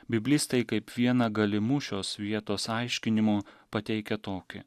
biblistai kaip vieną galimų šios vietos aiškinimų pateikia tokį